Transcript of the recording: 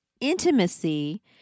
Intimacy